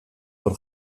hor